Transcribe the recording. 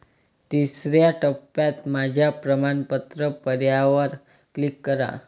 तिसर्या टप्प्यात माझ्या प्रमाणपत्र पर्यायावर क्लिक करा